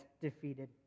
defeated